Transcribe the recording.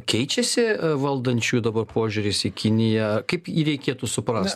keičiasi valdančiųjų dabar požiūris į kiniją kaip jį reikėtų suprast